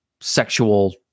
sexual